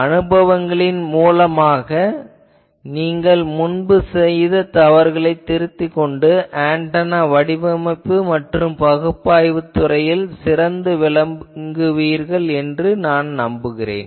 அனுபவங்களின் மூலமாக நீங்கள் முன்பு செய்த தவறுகளைத் திருத்திக் கொண்டு ஆன்டெனா வடிவமைப்பு மற்றும் பகுப்பாய்வுத் துறையில் சிறந்து விளங்குவீர்கள் என்று நம்புகிறேன்